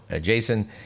Jason